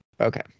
Okay